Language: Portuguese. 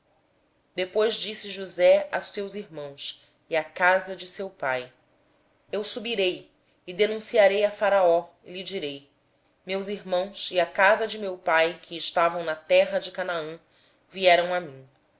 depois disse josé a seus irmãos e à casa de seu pai eu subirei e informarei a faraó e lhe direi meus irmãos e a casa de meu pai que estavam na terra de canaã vieram para mim